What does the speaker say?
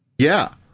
yeah.